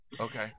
Okay